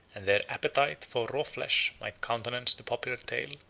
and their appetite for raw flesh might countenance the popular tale,